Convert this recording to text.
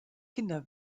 kinder